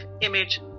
Image